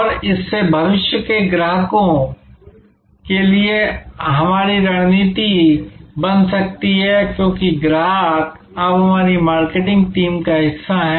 और इससे भविष्य के ग्राहकों के लिए हमारी रणनीति बन सकती है क्योंकि ग्राहक अब हमारी मार्केटिंग टीम का हिस्सा है